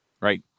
right